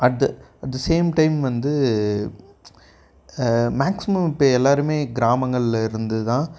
at the at the same time வந்து maximum இப்போ எல்லோருமே கிராமங்கள்லேருந்து தான்